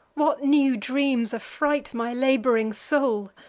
what new dreams affright my lab'ring soul!